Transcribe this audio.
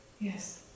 Yes